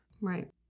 Right